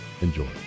Enjoy